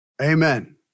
Amen